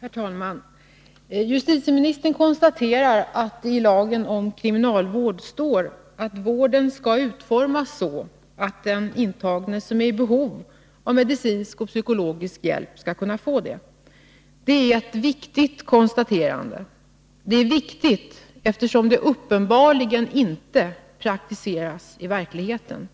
Herr talman! Justitieministern konstaterar att det i lagen om kriminalvård står att vården skall utformas så, att den intagne som är i behov av medicinsk och psykoterapeutisk hjälp skall kunna få det. Det är ett viktigt konstaterande. Det är viktigt eftersom denna bestämmelse uppenbarligen inte praktiseras i verkligheten.